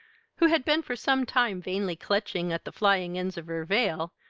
who had been for some time vainly clutching at the flying ends of her veil,